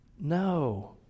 no